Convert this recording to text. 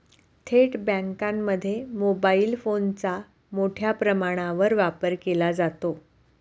थेट बँकांमध्ये मोबाईल फोनचा मोठ्या प्रमाणावर वापर केला जातो